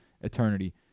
eternity